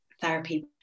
therapy